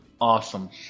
awesome